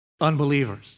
Unbelievers